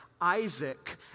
Isaac